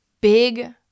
big